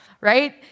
right